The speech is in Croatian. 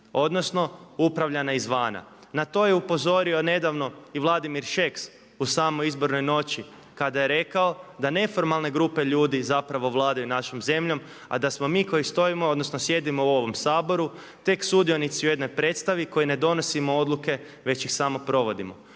odnosno upravljana izvana. Na to je upozorio nedavno i Vladimir Šeks u samoj izbornoj noći kada je rekao da neformalne grupe ljudi zapravo vladaju našom zemljom a da smo mi koji stojimo odnosno sjedimo u ovom Saboru tek sudionici u jednoj predstavi koji ne donosimo odluke već ih samo provodimo.